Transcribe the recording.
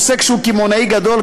עוסק שהוא קמעונאי גדול,